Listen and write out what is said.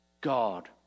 God